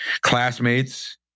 classmates